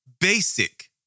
Basic